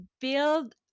build